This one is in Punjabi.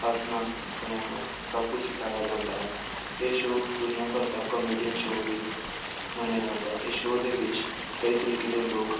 ਹੱਸਣਾ ਰੋਣਾ ਸਭ ਕੁਝ ਸਿਖਾਇਆ ਜਾਂਦਾ ਹੈ ਇਹ ਸ਼ੋਅ ਦੁਨੀਆਂ ਭਰ ਦਾ ਕਮੇਡੀਅਨ ਸ਼ੋਅ ਵੀ ਮੰਨਿਆ ਜਾਂਦਾ ਇਸ ਸ਼ੋਅ ਦੇ ਵਿੱਚ ਕਈ ਤਰੀਕੇ ਦੇ ਲੋਕ